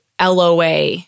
LOA